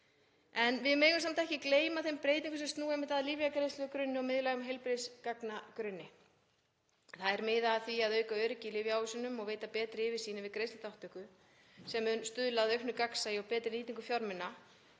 Við megum samt ekki gleyma þeim breytingum sem snúa að lyfjagreiðslugrunni og miðlægum heilbrigðisgagnagrunni. Þær miða að því að auka öryggi í lyfjaávísunum og veita betri yfirsýn yfir greiðsluþátttöku sem mun stuðla að auknu gagnsæi og betri nýtingu fjármuna.